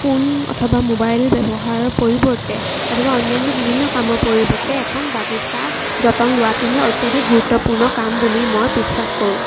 phone অথবা mobile ব্যৱহাৰৰ পৰিৱৰ্তে অথবা অন্যান্য বিভিন্ন কামৰ পৰিৱৰ্তে এখন বাগিচাৰ যতন লোৱাটোহে অত্যাধিক গুৰুত্বপূৰ্ণ কাম বুলি মই বিশ্বাস কৰোঁ